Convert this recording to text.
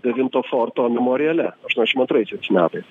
devinto forto memoriale aštuoniasdešim antraisiais metais